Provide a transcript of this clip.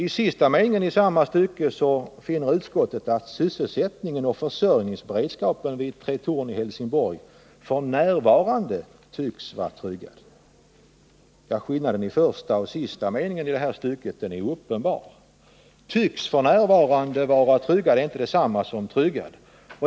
I sista meningen i samma stycke finner utskottet ”att sysselsättningen och försörjningsberedskapen vid Tretorn i Helsingborg f. n. tycks vara tryggad”. Skillnaden mellan den första och den sista meningen i det här stycket är ju uppenbar. ”Tycks f. n. vara tryggad” är inte detsamma som ”tryggad”.